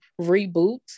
reboot